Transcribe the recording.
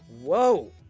Whoa